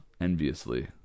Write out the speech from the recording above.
enviously